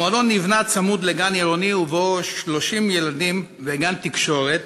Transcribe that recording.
המועדון נבנה צמוד לגן עירוני שבו 30 ילדים ולגן תקשורת